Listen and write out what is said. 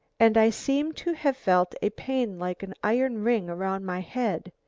and i seem to have felt a pain like an iron ring around my head.